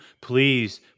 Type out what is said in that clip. please